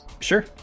Sure